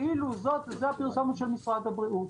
כאילו זאת הפרסומת של משרד הבריאות.